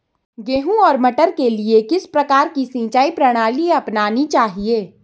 गेहूँ और मटर के लिए किस प्रकार की सिंचाई प्रणाली अपनानी चाहिये?